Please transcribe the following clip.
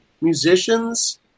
musicians